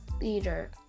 leader